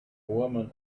woman